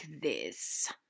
this